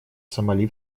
сомали